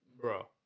Bro